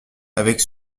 avec